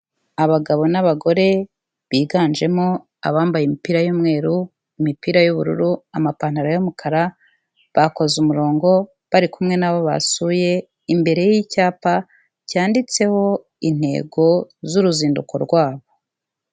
Abagabo n'abagore biganjemo abambaye imipira y'umweru, imipira y'ubururu, amapantaro y'umukara, bakoze umurongo bari kumwe nabo basuye, imbere y'icyapa cyanditseho intego z'uruzinduko rwabo.